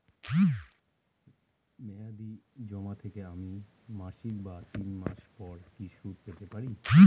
মেয়াদী জমা থেকে আমি মাসিক বা তিন মাস পর কি সুদ পেতে পারি?